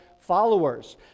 followers